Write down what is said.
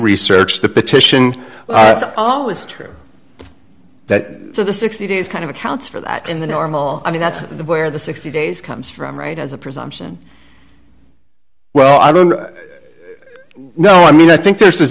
research the petition it's always true that the sixty days kind of accounts for that in the normal i mean that's where the sixty days comes from right as a presumption well i don't know i mean i think there's th